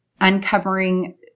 uncovering